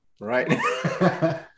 Right